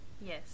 Yes